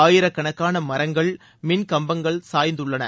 ஆயிரக்கணக்கான மரங்கள் மின்கம்பங்கள் சாய்ந்துள்ளன